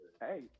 Hey